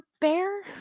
bear